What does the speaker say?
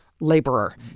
laborer